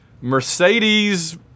Mercedes